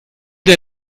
der